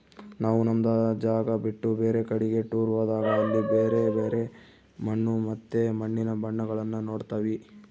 ನಾವು ನಮ್ಮ ಜಾಗ ಬಿಟ್ಟು ಬೇರೆ ಕಡಿಗೆ ಟೂರ್ ಹೋದಾಗ ಅಲ್ಲಿ ಬ್ಯರೆ ಬ್ಯರೆ ಮಣ್ಣು ಮತ್ತೆ ಮಣ್ಣಿನ ಬಣ್ಣಗಳನ್ನ ನೋಡ್ತವಿ